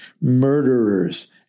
murderers